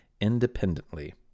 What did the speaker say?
independently